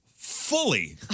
fully